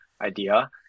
idea